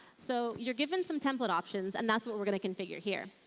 so you're given some template options and that's what we're going to configure here.